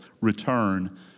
Return